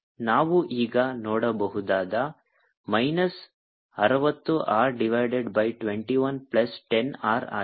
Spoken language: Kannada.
ಆದ್ದರಿಂದ ನಾವು ಈಗ ನೋಡಬಹುದಾದ ಮೈನಸ್ ಅರವತ್ತು R divided by 21 plus 10 R ಆಗಿದೆ